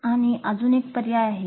आणि अजून एक पर्याय आहे